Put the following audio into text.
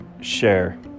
share